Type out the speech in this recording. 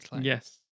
Yes